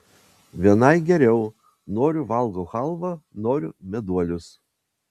vienai geriau noriu valgau chalvą noriu meduolius